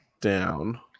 down